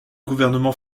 gouvernement